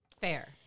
Fair